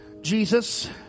Jesus